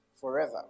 forever